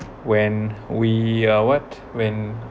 when we are what when